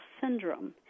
syndrome